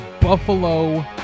Buffalo